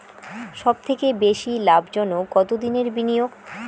সবথেকে বেশি লাভজনক কতদিনের বিনিয়োগ?